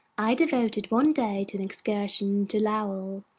i devoted one day to an excursion to lowell.